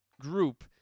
group